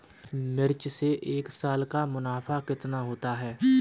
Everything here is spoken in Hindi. मिर्च से एक साल का मुनाफा कितना होता है?